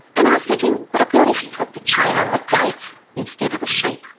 and i said to him, what about if you put the chain on the gate instead of the sheep?